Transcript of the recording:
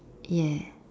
yes